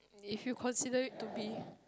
if you considered it to be